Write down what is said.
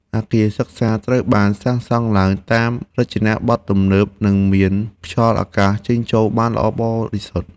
អគារសិក្សាត្រូវបានសាងសង់ឡើងតាមរចនាបថទំនើបនិងមានខ្យល់អាកាសចេញចូលបានល្អបរិសុទ្ធ។